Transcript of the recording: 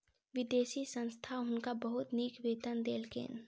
विदेशी संस्था हुनका बहुत नीक वेतन देलकैन